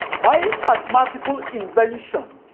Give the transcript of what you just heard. my yeah mathematical invention